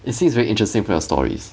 it seems very interesting from your stories